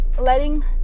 letting